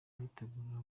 aritegura